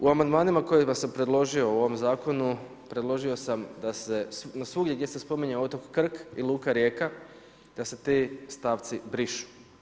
U amandmanima kojega sam predložio u ovom Zakonu, predložio sam da se svugdje gdje se spominje otok Krk i luka Rijeka, da se ti stavci brišu.